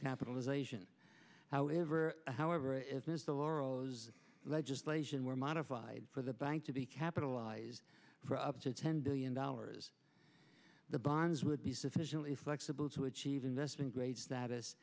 capitalization however however the loral legislation were modified for the bank to be capitalized for up to ten billion dollars the bonds would be sufficiently flexible to achieve investment grade status